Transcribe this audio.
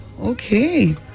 Okay